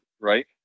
right